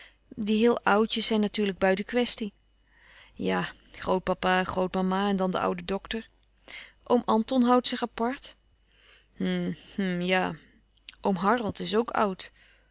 die heel oude oudjes zijn natuurlijk buiten kwestie ja grootpapa grootmama en dan de oude dokter oom anton houdt zich apart hm hm ja oom harold is ook oud